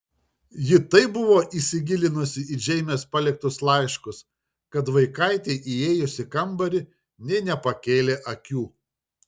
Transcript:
ji taip buvo įsigilinusi į džeinės paliktus laiškus kad vaikaitei įėjus į kambarį nė nepakėlė akių